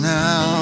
now